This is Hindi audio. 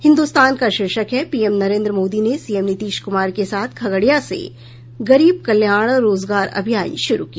हिन्दुस्तान का शीर्षक है पीएम नरेंद्र मोदी ने सीएम नीतीश कुमार के साथ खगड़िया से गरीब कल्याण रोजगार अभियान शुरू किया